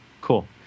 Cool